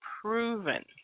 proven